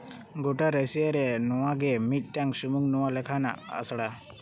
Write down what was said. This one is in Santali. ᱜᱚᱴᱟ ᱨᱟᱥᱤᱭᱟ ᱨᱮ ᱱᱚᱣᱟ ᱜᱮ ᱢᱤᱫᱴᱮᱱ ᱥᱩᱢᱩᱝ ᱱᱚᱣᱟ ᱞᱮᱠᱟᱱᱟᱜ ᱟᱥᱲᱟ